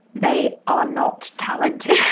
they are not talented.